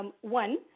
One